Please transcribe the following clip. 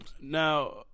Now